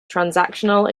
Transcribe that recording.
transactional